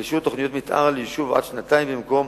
יוגשו תוכניות מיתאר ליישוב עד שנתיים במקום